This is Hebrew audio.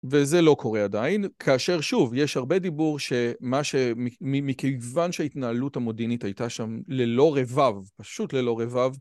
וזה לא קורה עדיין, כאשר שוב, יש הרבה דיבור ש מה ש מכיוון שההתנהלות המודינית הייתה שם ללא רבב, פשוט ללא רבב,